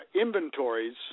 inventories